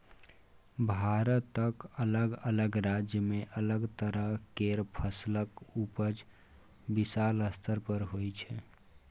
भारतक अलग अलग राज्य में अलग तरह केर फसलक उपजा विशाल स्तर पर होइ छै